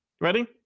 Ready